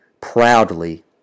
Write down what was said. proudly